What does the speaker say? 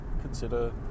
consider